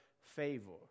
favor